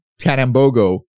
Tanambogo